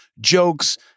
jokes